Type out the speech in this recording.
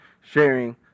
sharing